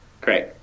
Great